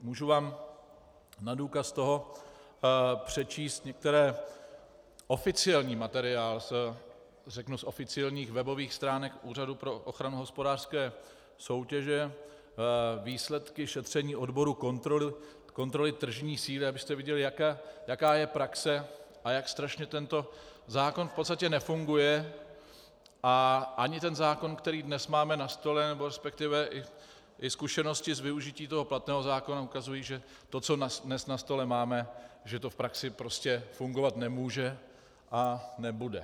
Můžu vám na důkaz toho přečíst některé oficiální materiály z oficiálních webových stránek Úřadu pro ochranu hospodářské soutěže, výsledky šetření odboru kontroly tržní síly, abyste viděli, jaká je praxe a jak strašně tento zákon v podstatě nefunguje, a ani zákon, který dnes máme na stole, respektive i zkušenosti z využití platného zákona ukazují, že to, co dnes na stole máme, že to v praxi prostě fungovat nemůže a nebude.